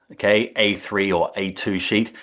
okay, a three or a two sheet,